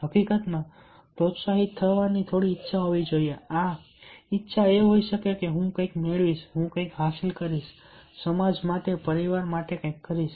હકીકતમાં પ્રોત્સાહિત થવા ની થોડી ઈચ્છા હોવી જોઈએ આ ઈચ્છા એ હોઈ શકે કે હું કંઈક મેળવીશ કંઈક હાંસલ કરીશ સમાજ માટે પરિવાર માટે કંઈક કરીશ